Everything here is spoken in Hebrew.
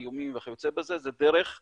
איומים וכיוצא בזה זה דרך הכיס,